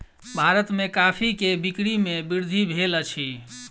भारत में कॉफ़ी के बिक्री में वृद्धि भेल अछि